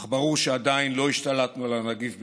אך ברור שעדיין לא השתלטנו על הנגיף בריאותית,